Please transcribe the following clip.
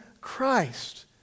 Christ